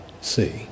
see